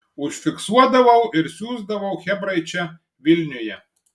užfiksuodavau ir siųsdavau chebrai čia vilniuje